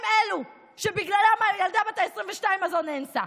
הם אלו שבגללם הילדה בת ה-22 הזו נאנסה.